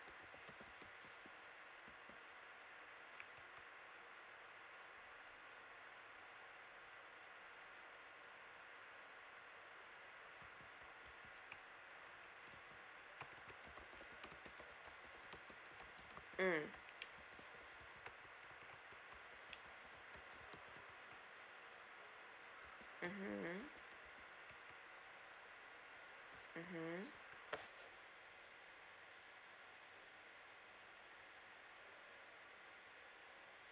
mm mm mm